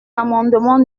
l’amendement